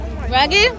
Reggie